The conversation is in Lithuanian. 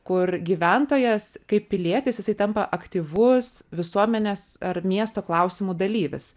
kur gyventojas kaip pilietis jisai tampa aktyvus visuomenės ar miesto klausimų dalyvis